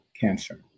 cancer